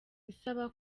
isaba